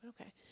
Okay